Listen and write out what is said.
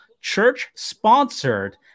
church-sponsored